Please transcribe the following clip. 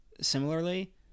similarly